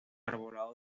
arbolado